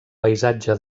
paisatge